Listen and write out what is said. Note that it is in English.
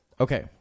Okay